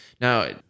Now